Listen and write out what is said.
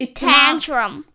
tantrum